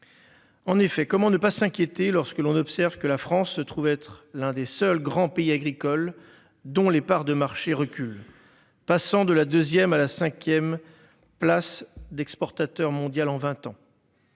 En effet, comment ne pas s'inquiéter lorsque l'on observe que la France se trouve être l'un des seuls grands pays agricoles, dont les parts de marché recul passant de la 2ème à la 5ème place d'exportateur mondial en 20 ans.